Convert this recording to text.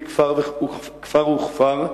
בכל כפר וכפר,